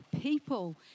people